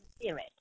spirit